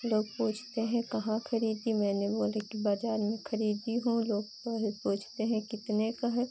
लोग पूछते हैं कहाँ ख़रीदी मैंने बोली कि बाज़ार में ख़रीदी हूँ लोग यह भी पूछते हैं कितने की है